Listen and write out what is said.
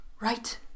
Right